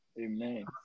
Amen